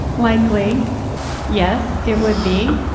likely yes it would be.